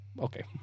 okay